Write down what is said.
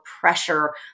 pressure